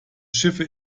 schiffe